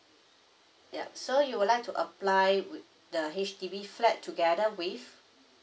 yup so you would like to apply with the H_D_B flat together with